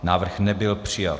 Návrh nebyl přijat.